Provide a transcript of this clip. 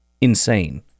insane